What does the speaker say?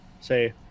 say